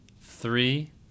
Three